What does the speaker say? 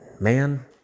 Man